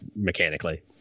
mechanically